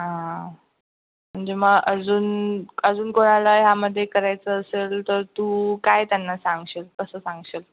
हां म्हणजे मग अजून अजून कोणाला ह्यामध्ये करायचं असेल तर तू काय त्यांना सांगशील कसं सांगशील